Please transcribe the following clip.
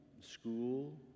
school